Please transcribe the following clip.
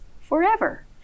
forever